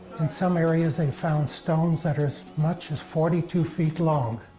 in some areas, they found stones that are as much as forty two feet long,